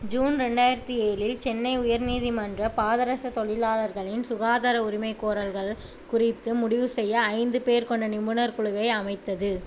June ரெண்டாயிரத்தி ஏழில் சென்னை உயர் நீதிமன்ற பாதரச தொழிலாளர்களின் சுகாதார உரிமைகோரல்கள் குறித்து முடிவு செய்ய ஐந்து பேர் கொண்ட நிபுணர் குழுவை அமைத்தது